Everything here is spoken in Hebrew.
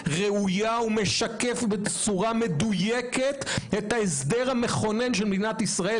ראויה ומשקפת בצורה מדויקת את ההסדר המכונן של מדינת ישראל,